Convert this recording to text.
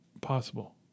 possible